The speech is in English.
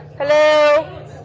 Hello